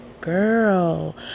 girl